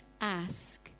ask